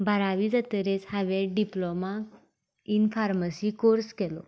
बारावी जातकच हांवें डिप्लॉमा ईन फार्मासी कोर्स केलो